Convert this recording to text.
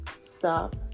stop